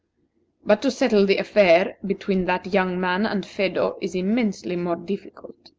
but to settle the affair between that young man and phedo is immensely more difficult.